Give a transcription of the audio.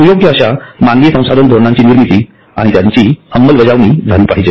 सुयोग्य अश्या मानवी संसाधन धोरणांची निर्मिती आणि त्यांची अंमलबजावणी झाली पाहिजे